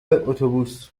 اتوبوس